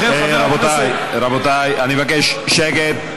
לכן, חבר הכנסת, רבותי, רבותי, אני מבקש שקט.